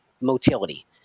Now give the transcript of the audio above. motility